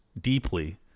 deeply